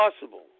possible